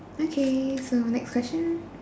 okay so next question